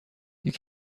you